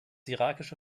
irakische